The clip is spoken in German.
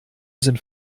sind